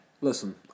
Listen